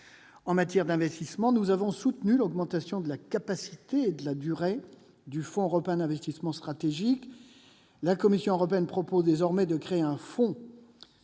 en matière d'investissement. Nous avons soutenu l'augmentation de la capacité et de la durée du Fonds européen pour les investissements stratégiques. La Commission européenne propose désormais de créer un